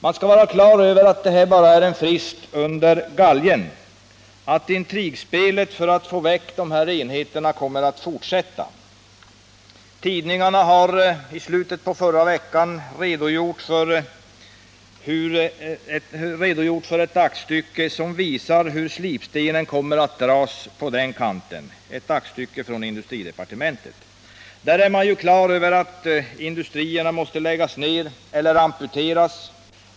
Man skall vara klar över att det här bara är en frist under galgen, att intrigspelet för att få bort dessa enheter kommer att fortsätta. Tidningarna har i slutet av förra veckan redogjort för ett aktstycke från industridepartementet som visar hur slipstenen kommer att dras på den kanten. Där är man klar över att industrierna måste läggas ner eller amputeras.